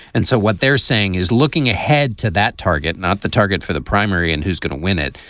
and so what they're saying is looking ahead to that target, not the target for the primary and who's going to win it,